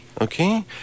Okay